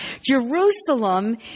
Jerusalem